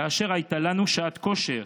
כאשר הייתה לנו שעת כושר,